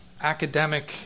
academic